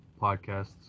podcasts